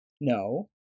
no